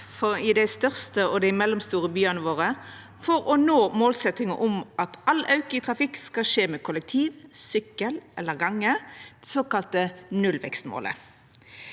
i dei største og i dei mellomstore byane for å nå målsetjinga om at all auke i trafikken skal skje med kollektiv, sykkel eller gange – det såkalla nullvekstmålet.